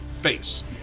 face